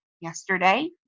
yesterday